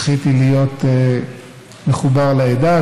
זכיתי להיות מחובר לעדה.